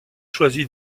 choisi